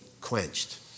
quenched